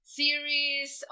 series